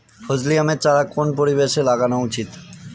ফজলি আমের চারা কোন পরিবেশে লাগানো উচিৎ?